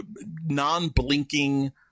non-blinking